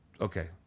okay